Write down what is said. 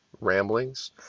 ramblings